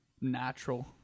Natural